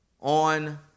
on